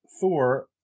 Thor